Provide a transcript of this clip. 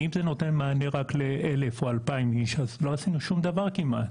אם זה נותן מענה רק ל- 1000 או 2000 איש אז לא עשינו שום דבר כמעט,